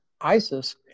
ISIS